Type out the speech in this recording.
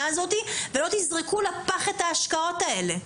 הזאת ולא תזרקו לפח את ההשקעות האלה.